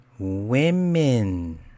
Women